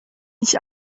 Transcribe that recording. nicht